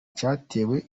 cyatewe